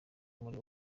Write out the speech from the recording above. muri